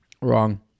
Wrong